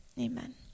amen